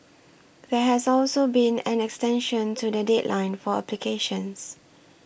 there has also been an extension to the deadline for applications